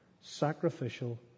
sacrificial